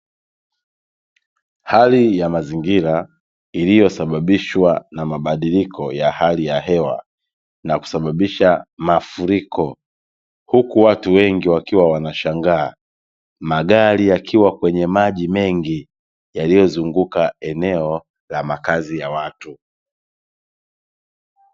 Hali ya mazingira iliyosababishwa na mabadiliko ya hali ya hewa na kusababisha mafuriko, huku watu wengi wakiwa wanashangaa. Magari yakiwa kwenye maji mengi yaliyozunguka eneo la makazi ya watu.